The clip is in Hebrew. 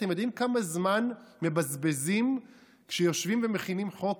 אתם יודעים כמה זמן מבזבזים כשיושבים ומכינים חוק,